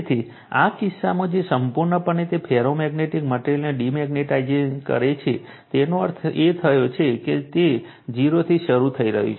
તેથી આ કિસ્સામાં જે સંપૂર્ણપણે તે ફેરોમેગ્નેટિક મટેરીઅલને ડિમેગ્નેટાઇઝ કરે છે તેથી તેનો અર્થ એ છે કે તે 0 થી શરૂ થઈ રહ્યું છે